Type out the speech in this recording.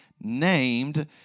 named